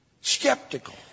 Skeptical